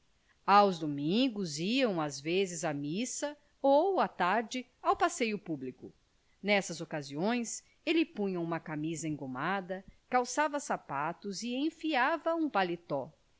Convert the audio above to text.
aos domingos iam às vezes à missa ou à tarde ao passeio público nessas ocasiões ele punha uma camisa engomada calçava sapatos e enfiava um paletó